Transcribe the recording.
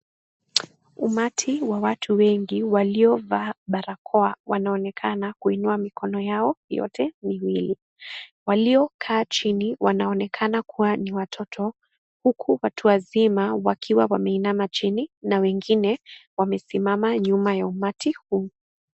Umati wa watu wengi waliovaa barakoa wanaoneakna kuinuia mikono yao yote miwili. Waliokaa chini wanaonekana kuwa ni watoto huku watu wazima wakiwa wameinama chini na wengine wamesimama nyuma ya umati huu.